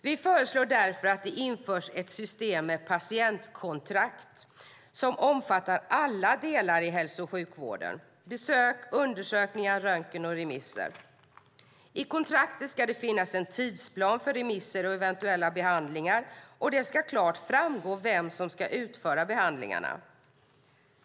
Vi föreslår därför att det införs ett system med patientkontrakt som omfattar alla delar i hälso och sjukvården: besök, undersökningar, röntgen och remisser. I kontraktet ska det finnas en tidsplan för remisser och eventuella behandlingar, och det ska klart framgå vem som ska utföra behandlingarna.